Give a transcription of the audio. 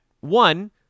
one